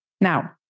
now